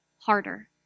harder